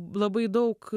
labai daug